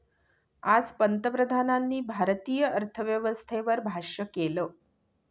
आज पंतप्रधानांनी भारतीय अर्थव्यवस्थेवर भाष्य केलं